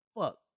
fuck